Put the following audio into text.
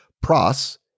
pros